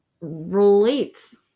relates